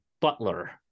butler